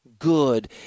Good